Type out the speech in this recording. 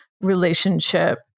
relationship